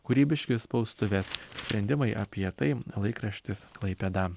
kūrybiški spaustuvės sprendimai apie tai laikraštis klaipėda